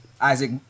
Isaac